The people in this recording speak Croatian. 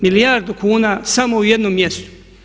Milijardu kuna samo u jednom mjestu.